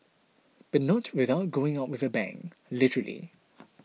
but not without going out with a bang literally